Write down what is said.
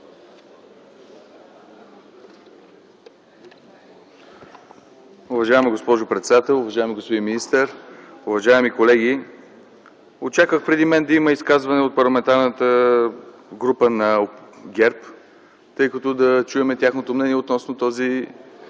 Уважаема госпожо председател, уважаеми господин министър, уважаеми колеги! Очаквах преди мен да има изказване от Парламентарната група на ГЕРБ, за да чуем тяхното мнение относно ветото